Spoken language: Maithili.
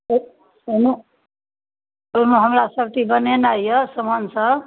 ओ ओहिमे ओहिमे हमरा सभचीज बनेनाइ यए सामानसभ